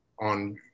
on